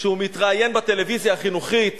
כשהוא מתראיין בטלוויזיה החינוכית